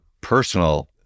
personal